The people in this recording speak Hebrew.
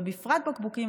ובפרט בקבוקים,